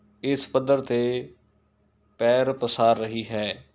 ਇਸ ਪੱਧਰ 'ਤੇ ਪੈਰ ਪਸਾਰ ਰਹੀ ਹੈ